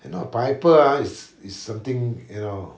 and our pineapple ah is something you know